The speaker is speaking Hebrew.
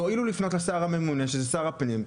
תואילו לפנות לשר הממונה שזה שר הפנים,